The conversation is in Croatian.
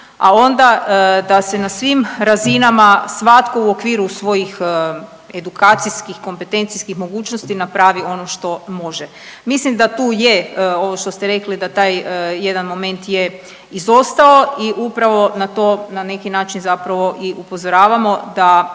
a onda da se na svim razinama svatko u okviru svojih edukacijskih kompetencijskih mogućnosti napravi ono što može. Mislim da tu je ovo što ste rekli da taj jedan moment je izostao i upravo na to na neki način zapravo i upozoravamo da